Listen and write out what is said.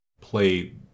play